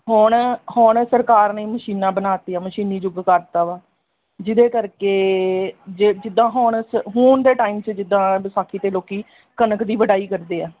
ਹੁਣ ਹੁਣ ਸਰਕਾਰ ਨੇ ਮਸ਼ੀਨਾਂ ਬਣਾ ਤੀਆਂ ਮਸ਼ੀਨੀ ਯੁਗ ਕਰਤਾ ਵਾ ਜਿਹਦੇ ਕਰਕੇ ਜੇ ਜਿੱਦਾਂ ਹੁਣ ਹੁਣ ਦੇ ਟਾਈਮ 'ਚ ਜਿੱਦਾਂ ਵਿਸਾਖੀ 'ਤੇ ਲੋਕੀ ਕਣਕ ਦੀ ਵਢਾਈ ਕਰਦੇ ਆ